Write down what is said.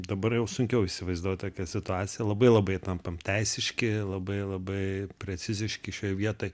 dabar jau sunkiau įsivaizduot tokią situaciją labai labai tampam teisiški labai labai preciziški šioj vietoj